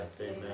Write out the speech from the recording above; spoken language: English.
amen